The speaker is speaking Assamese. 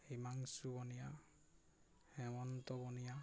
হিমাংশু বনিয়া হেমন্ত বনিয়া